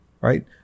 right